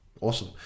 Awesome